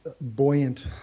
buoyant